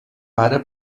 pare